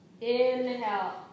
Inhale